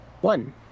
One